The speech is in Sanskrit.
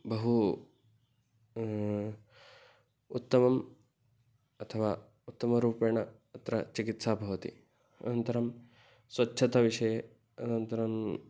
बहु उत्तमम् अथवा उत्तमरूपेण अत्र चिकित्सा भवति अनन्तरं स्वच्छता विषये अनन्तरम्